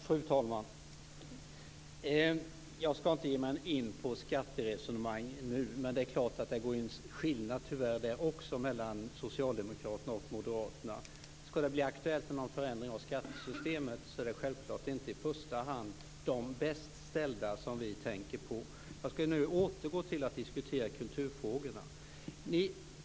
Fru talman! Jag skall inte ge mig in på skatteresonemang nu. Men det är klart att det tyvärr går en skiljelinje där också mellan Socialdemokraterna och Moderaterna. Om det skall bli aktuellt med någon förändring av skattesystemet är det självklart inte i första hand de bäst ställda som vi tänker på. Jag skall nu återgå till att diskutera kulturfrågorna.